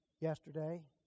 Yesterday